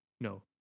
no